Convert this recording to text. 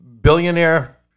billionaire